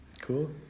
cool